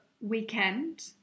weekend